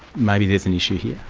maybe there's an issue here'?